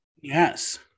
Yes